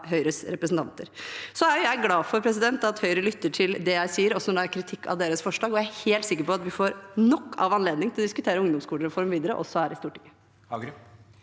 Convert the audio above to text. Høyres representanter. Jeg er glad for at Høyre lytter til det jeg sier også når jeg har kritikk av deres forslag, og jeg er helt sikker på at vi får nok av anledning til å diskutere ungdomsskolereform videre, også her i Stortinget.